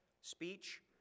speech